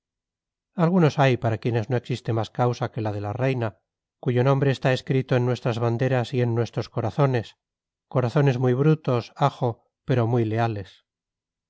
algunos hay para quienes no existe más causa que la de la reina cuyo nombre está escrito en nuestras banderas y en nuestros corazones corazones muy brutos ajo pero muy leales